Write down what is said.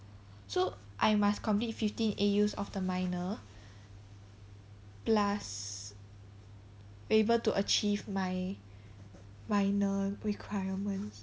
so I must complete fifteen A_Us of the minor plus able to achieve my minor requirements